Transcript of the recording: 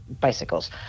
bicycles